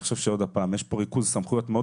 אני חושב שיש כאן ריכוז סמכויות מאוד